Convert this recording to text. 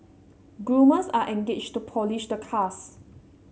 groomers are engaged to polish the cars